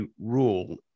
rule